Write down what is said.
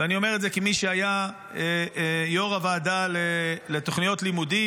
ואני אומר את זה כמי שהיה יו"ר הוועדה לתוכניות לימודים,